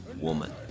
woman